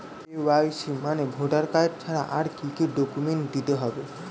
KYC মানে voter card ছাড়া আর কি কি ডকুমেন্ট দিতে হবে?